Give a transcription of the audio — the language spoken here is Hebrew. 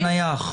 הנייח.